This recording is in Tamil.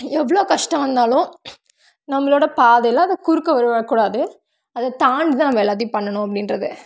எவ்வளோ கஷ்டம் வந்தாலும் நம்மளோட பாதையில் அது குறுக்க வரக்கூடாது அதை தாண்டி நான் நம்ம எல்லாத்தையும் பண்ணணும் அப்படின்றது